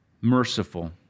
merciful